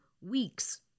weeks